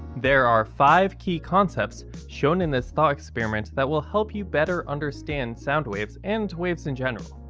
there are five key concepts shown in this thought experiment that will help you better understand sound waves and waves in general.